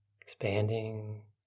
Expanding